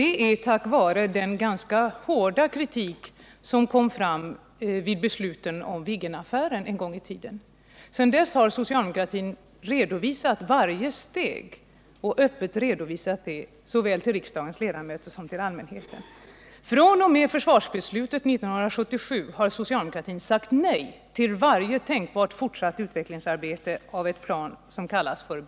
Det är tack vare den ganska hårda kritik som kom vid besluten om Viggenaffären en gång i tiden. Sedan dess har socialdemokratin öppet redovisat varje steg såväl till riksdagens ledamöter som till allmänheten. Om B3LA-projek fr.o.m. försvarsbeslutet 1977 har socialdemokratin sagt nej till varje tänkbart fortsatt utvecklingsarbete av ett plan som kallas B3LA.